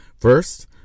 First